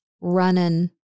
running